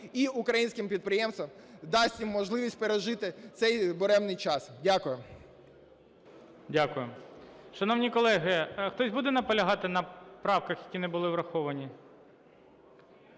і українським підприємствам, дасть їм можливість пережити цей буремний час. Дякую.